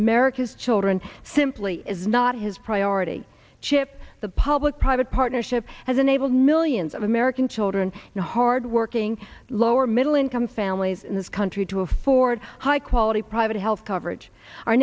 america's children simply is not his priority chip the public private partnership has enabled millions of american children hardworking lower middle income families in this country to afford high quality private health coverage our